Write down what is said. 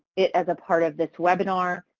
it as a part of this webinar.